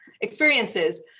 experiences